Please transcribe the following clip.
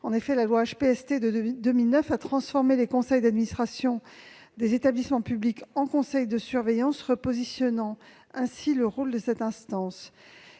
La loi HPST de 2009 a transformé les conseils d'administration des établissements publics en conseils de surveillance, repositionnant ainsi le rôle de cette instance.